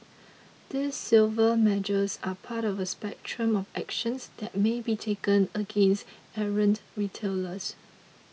these civil measures are part of a spectrum of actions that may be taken against errant retailers